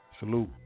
Salute